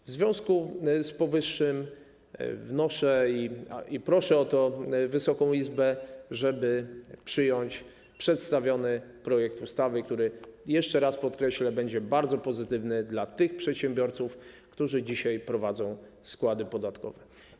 W związku z powyższym wnoszę i proszę o to Wysoką Izbę, żeby przyjąć przedstawiony projekt ustawy, który, jeszcze raz podkreślę, będzie bardzo pozytywny dla tych przedsiębiorców, którzy dzisiaj prowadzą składy podatkowe.